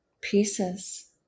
pieces